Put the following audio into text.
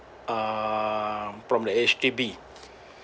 err from the H_D_B